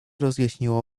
rozjaśniło